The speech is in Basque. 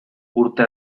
urte